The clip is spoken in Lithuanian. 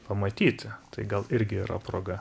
pamatyti tai gal irgi yra proga